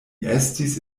estis